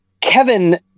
kevin